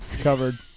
Covered